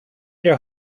their